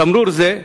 תמרור זה,